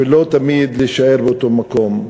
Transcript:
ולא תמיד להישאר באותו מקום.